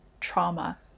trauma